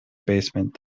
basement